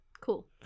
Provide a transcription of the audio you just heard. cool